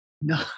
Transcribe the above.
no